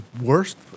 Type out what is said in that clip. worst